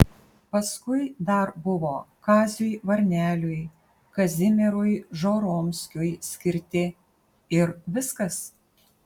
paskui dar buvo kaziui varneliui kazimierui žoromskiui skirti ir viskas